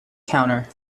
counter